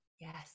Yes